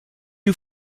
you